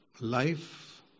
Life